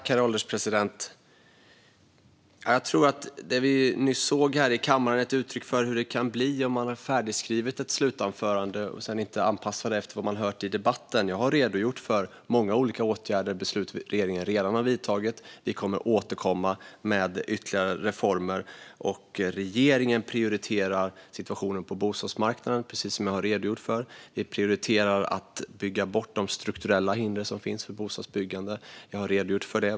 Herr ålderspresident! Jag tror att det vi nyss hörde här i kammaren är ett uttryck för hur det kan bli om man har ett färdigskrivet slutanförande och inte anpassar det till vad man hört i debatten. Jag har redogjort för många olika åtgärder och beslut som regeringen redan har vidtagit och fattat. Vi kommer att återkomma med ytterligare reformer. Regeringen prioriterar situationen på bostadsmarknaden, precis som jag har redogjort för. Vi prioriterar att bygga bort de strukturella hinder som finns för bostadsbyggande. Jag har redogjort för det.